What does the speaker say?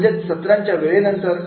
म्हणजे सत्रांचा वेळेनंतर